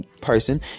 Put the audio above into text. person